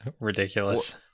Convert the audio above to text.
Ridiculous